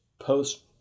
post